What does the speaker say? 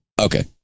Okay